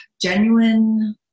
genuine